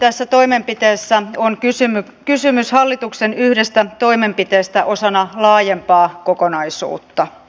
tässä toimenpiteessä on kysymys hallituksen yhdestä toimenpiteestä osana laajempaa kokonaisuutta